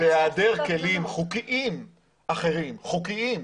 בהיעדר כלים חוקיים אחרים, חוקיים,